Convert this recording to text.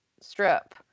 Strip